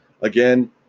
Again